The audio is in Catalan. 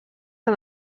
han